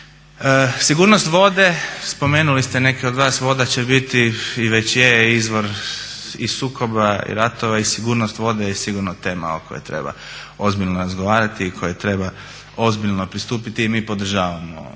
Sigurnost vode, spomenuli ste neki od vas, voda će biti i već je izvor i sukoba i ratova i sigurnost vode je sigurno tema o kojoj treba ozbiljno razgovarati i kojoj treba ozbiljno pristupiti. Mi podržavamo sve